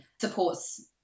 supports